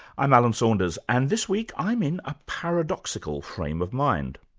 i'm alan saunders and this week i'm in a paradoxical frame of mind.